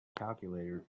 calculator